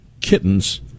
kittens